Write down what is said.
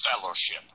fellowship